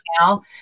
now